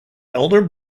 elder